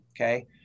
okay